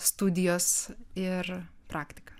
studijos ir praktika